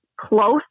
close